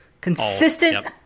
Consistent